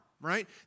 right